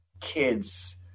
kids